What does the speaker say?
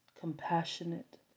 compassionate